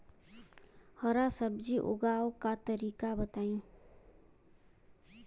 हरा सब्जी उगाव का तरीका बताई?